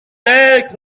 deg